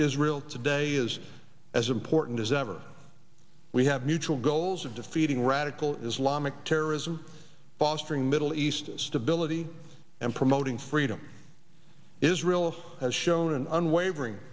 israel today is as important as ever we have mutual goals of defeating radical islamic terrorism fostering middle east stability and promoting freedom israel has shown an unwavering